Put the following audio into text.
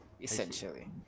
essentially